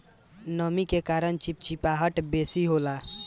नमी के कारण चिपचिपाहट बेसी होला